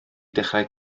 dechrau